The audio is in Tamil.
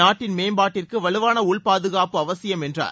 நாட்டின் மேம்பாட்டிற்கு வலுவான உள்பாதுகாப்பு அவசியம் என்றார்